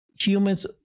humans